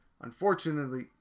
Unfortunately